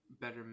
better